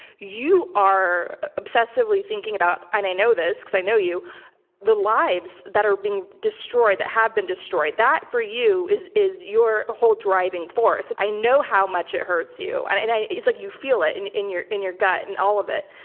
you are obsessively thinking about i know this because i know you the lives that are being destroyed, that have been destroyed. that for you is is your whole driving force. i know how much it hurts you. and and it's like you feel it in in your your gut and all of it.